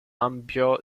ampio